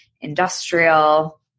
industrial